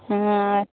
ఆ